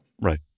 Right